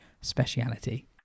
speciality